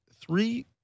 three